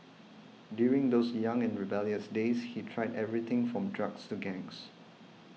during those young and rebellious days he tried everything from drugs to gangs